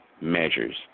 measures